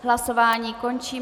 Hlasování končím.